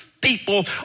people